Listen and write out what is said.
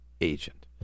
agent